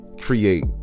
create